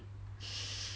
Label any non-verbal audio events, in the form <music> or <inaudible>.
<laughs>